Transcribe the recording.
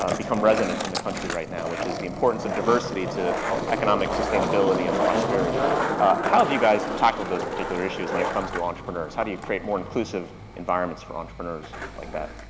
ah become resident in the country right now, which is the importance of diversity to economic sustainability and prosperity. ah, how have you guys tackled those particular issues when it comes to entrepreneurs? how do you create more inclusive environments for entrepreneurs like that?